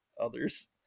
others